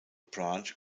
branch